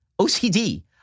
OCD